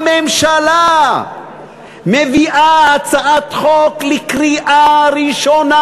הממשלה מביאה הצעת חוק לקריאה ראשונה.